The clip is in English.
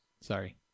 sorry